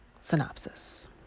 synopsis